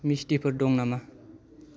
मिस्थिफोर दं नामा